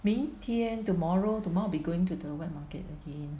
明天 tomorrow tomorrow I'll be going to the wet market again